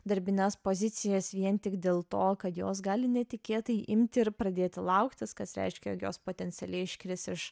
darbines pozicijas vien tik dėl to kad jos gali netikėtai imti ir pradėti lauktis kas reiškia jog jos potencialiai iškris iš